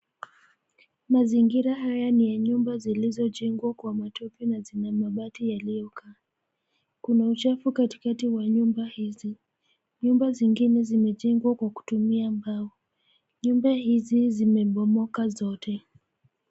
Mazingira haya ni ya nyumba zilizojengwa kwa matope na zina mabati yaliyokaa. Kuna uchafu katikati mwa nyumba hizi. Nyumba zingine zimejengwa kwa kutumia mbao. Nyumba hizi zimebomoka zote.